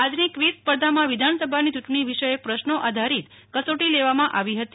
આજની ક્વીઝ સ્પર્ધામાં વિધાનસભાની ચૂંટણી વિષયક પ્રશ્નો આધારિત કસોટી લેવામાં આવી હતી